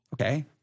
Okay